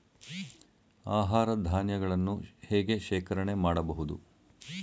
ಆಹಾರ ಧಾನ್ಯಗಳನ್ನು ಹೇಗೆ ಶೇಖರಣೆ ಮಾಡಬಹುದು?